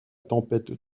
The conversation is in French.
tempête